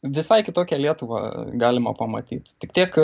visai kitokią lietuvą galima pamatyt tik tiek